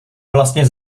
vlastně